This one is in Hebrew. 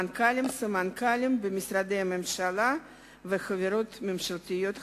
מנכ"לים וסמנכ"לים במשרדי הממשלה ובחברות ממשלתיות וציבוריות.